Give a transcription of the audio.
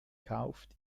kauft